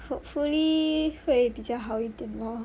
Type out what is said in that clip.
hopefully 会比较好一点 lor